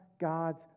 God's